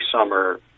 summer